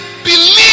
Believe